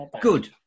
Good